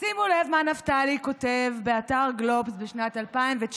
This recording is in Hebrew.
שימו לב מה נפתלי כותב באתר גלובס בשנת 2019,